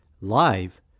live